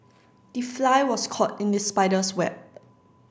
the fly was caught in the spider's web